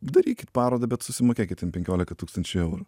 darykit parodą bet susimokėkit ten penkiolika tūkstančių eurų